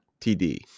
TD